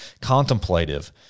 contemplative